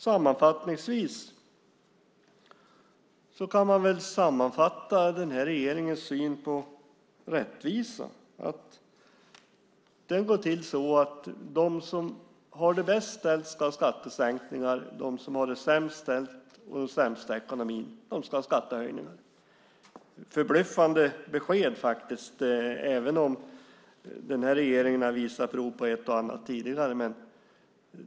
Sammanfattningsvis blir regeringens syn på rättvisa att den som har det bäst ställt ska ha skattesänkningar och den som har det sämst ställt och den sämsta ekonomin ska ha skattehöjningar. Det är förbluffande besked, även om regeringen har visat prov på ett och annat tidigare.